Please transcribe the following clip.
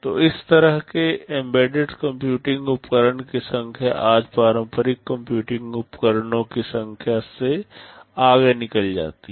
तो इस तरह के एम्बेडेड कंप्यूटिंग उपकरणों की संख्या आज पारंपरिक कंप्यूटिंग उपकरणों की संख्या से आगे निकल जाती है